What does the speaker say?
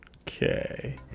okay